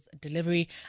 Delivery